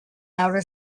outer